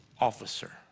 officer